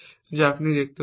যা আপনি দেখতে পাচ্ছেন